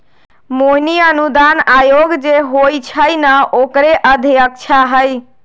मोहिनी अनुदान आयोग जे होई छई न ओकरे अध्यक्षा हई